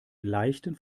leichten